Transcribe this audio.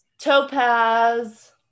Topaz